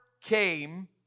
came